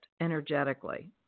energetically